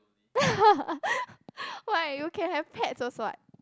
why you can have pets also what